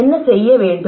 என்ன செய்ய வேண்டும்